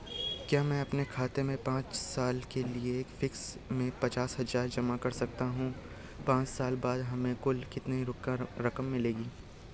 क्या मैं अपने खाते में पांच साल के लिए फिक्स में पचास हज़ार जमा कर सकता हूँ पांच साल बाद हमें कुल कितनी रकम मिलेगी?